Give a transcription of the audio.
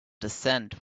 descent